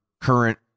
current